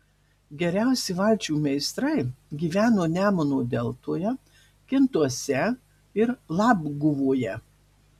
geriausi valčių meistrai gyveno nemuno deltoje kintuose ir labguvoje